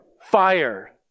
Fire